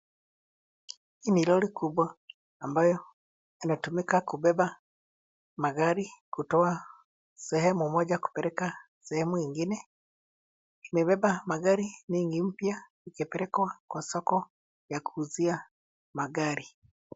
Hii ni lori kubwa ambayo inatumika kubeba magari kutoa sehemu moja kupeleka sehemu ingine. Imebeba magari mengi mpya yakipelekwa kwa soko ya kuuzia magari.